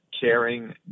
caring